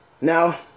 now